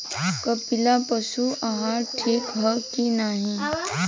कपिला पशु आहार ठीक ह कि नाही?